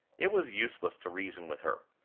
it was useless to reason with her.